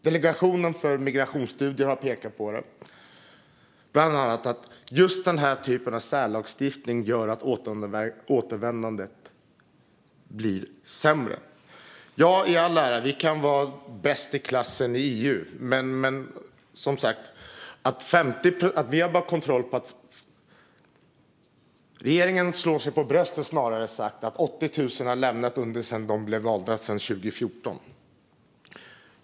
Delegationen för migrationsstudier har pekat på att bland annat den här typen av särlagstiftning gör att återvändandet går sämre. Vi kan vara bäst i klassen i EU, och regeringen slår sig i all ära för bröstet och säger att 80 000 har lämnat landet sedan de tillträdde 2014.